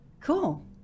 Cool